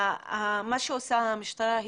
מה שעושה המשטרה,